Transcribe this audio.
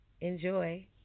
enjoy